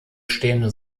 stehende